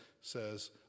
says